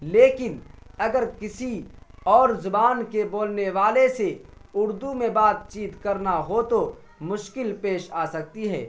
لیکن اگر کسی اور زبان کے بولنے والے سے اردو میں بات چیت کرنا ہو تو مشکل پیش آ سکتی ہے